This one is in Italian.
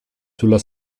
sulla